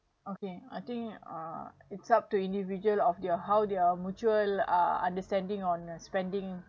okay I think uh it's up to individual of their how their mutual understanding on spending